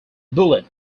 bullet